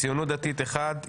ציונות דתית אחד,